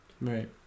Right